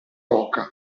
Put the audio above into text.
oca